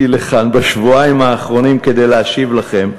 לכאן בשבועיים האחרונים כדי להשיב לכם.